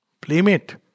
playmate